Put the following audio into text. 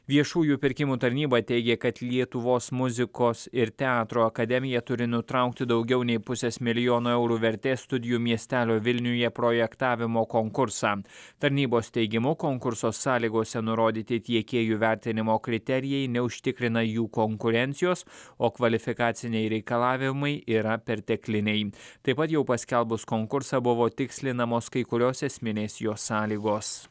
viešųjų pirkimų tarnyba teigė kad lietuvos muzikos ir teatro akademija turi nutraukti daugiau nei pusės milijono eurų vertės studijų miestelio vilniuje projektavimo konkursą tarnybos teigimu konkurso sąlygose nurodyti tiekėjų vertinimo kriterijai neužtikrina jų konkurencijos o kvalifikaciniai reikalavimai yra pertekliniai taip pat jau paskelbus konkursą buvo tikslinamos kai kurios esminės jo sąlygos